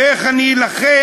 ואיך אני אלחם,